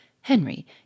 Henry